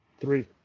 Three